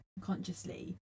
consciously